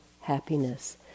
Happiness